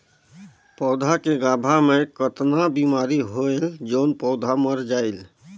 पौधा के गाभा मै कतना बिमारी होयल जोन पौधा मर जायेल?